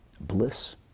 bliss